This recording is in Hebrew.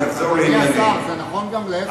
אדוני השר, זה נכון גם להיפך?